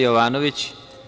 Jovanović.